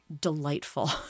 delightful